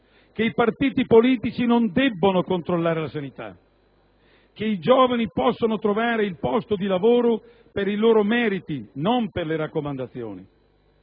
che i partiti politici non controllino la sanità, che i giovani possono trovare il posto di lavoro per i loro meriti, non per le raccomandazioni.